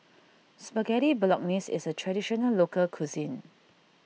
Spaghetti Bolognese is a Traditional Local Cuisine